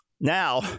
Now